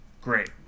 great